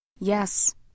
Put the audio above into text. Yes